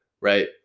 right